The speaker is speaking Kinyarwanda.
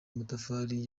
amatafari